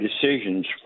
decisions